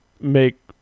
make